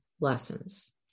lessons